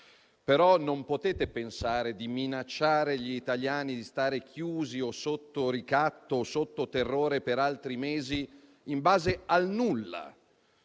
però non potete pensare di minacciare gli italiani di stare chiusi, sotto ricatto o sotto terrore per altri mesi in base al nulla.